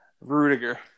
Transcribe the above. Rudiger